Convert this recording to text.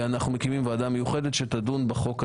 ואנחנו מקימים ועדה מיוחדת שתדון בחוק הזה: